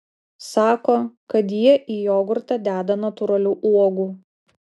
sako kad jie į jogurtą deda natūralių uogų